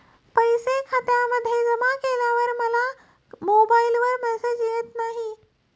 पैसे खात्यामध्ये जमा केल्यावर मला मोबाइलवर मेसेज येत नाही?